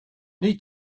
need